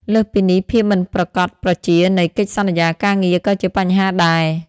លើសពីនេះ ភាពមិនប្រាកដប្រជានៃ កិច្ចសន្យាការងារ ក៏ជាបញ្ហាដែរ។